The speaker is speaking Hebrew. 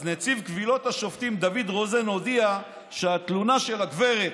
אז נציב קבילות השופטים דוד רוזן הודיע שהתלונה של הגברת,